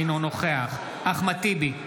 אינו נוכח אחמד טיבי,